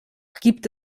gibt